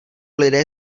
lidé